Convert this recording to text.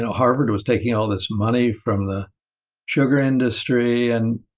harvard was taking all this money from the sugar industry and